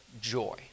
joy